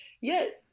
Yes